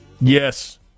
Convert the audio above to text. Yes